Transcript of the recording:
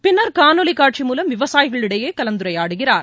பின்னர் காணொலி காட்சி மூலம் விவசாயிகளிடையே கலந்துரையாடுகிறார்